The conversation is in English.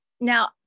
Now